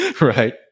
Right